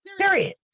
Serious